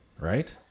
right